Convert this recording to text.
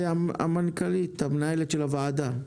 מנהלת הוועדה,